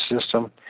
system